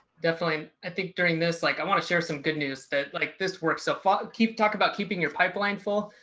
definitely. i think during this like, i want to share some good news that like this works so far keep talking about keeping your pipeline full.